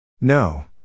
No